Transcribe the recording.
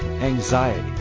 anxiety